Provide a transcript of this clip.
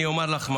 אני אומר לך,